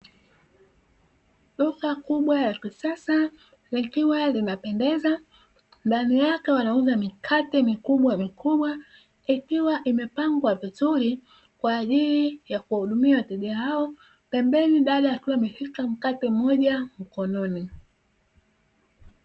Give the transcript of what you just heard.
Duka kubwa la kisasa likiwa linapendeza ndani yake wanauza mikate mikubwa mikubwa ikiwa imepangwa vizuri kwa ajili ya kuhudumia wateja hao, pembeni mdada akiwa ameshika mkate mmoja mkononi.